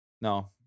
No